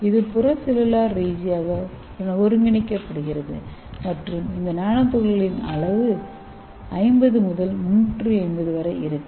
இது புற செல்லுலார் ரீதியாக ஒருங்கிணைக்கப்படுகிறது மற்றும் இந்த நானோ துகள்களின் அளவு 50 முதல் 350 வரை இருக்கும்